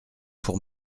pour